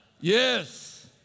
Yes